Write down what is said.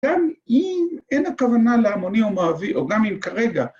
‫גם אם אין הכוונה להמוני ומהווי, ‫או גם אם כרגע...